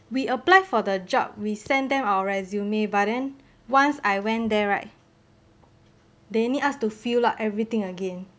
we applied for the job we sent them our resume but then once I went there right they need us to fill up everything again